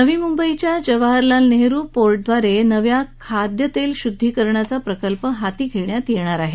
नवी मुंबईच्या जवाहरलाल नेहरु पोर्टद्वारे नव्या खाद्यतेल शुध्दिकरणाचा प्रकल्प हाती घेण्यात येणार आहे